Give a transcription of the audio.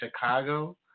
Chicago